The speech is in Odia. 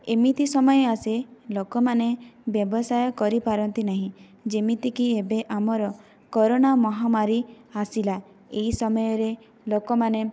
ଏମିତି ସମୟ ଆସେ ଲୋକମାନେ ବ୍ୟବସାୟ କରିପାରନ୍ତି ନାହିଁ ଯେମିତି କି ଏବେ ଆମର କୋରନା ମହାମାରୀ ଆସିଲା ଏହି ସମୟରେ ଲୋକମାନେ